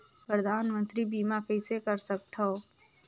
परधानमंतरी बीमा कइसे कर सकथव?